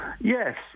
Yes